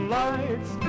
lights